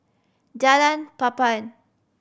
Jalan Papan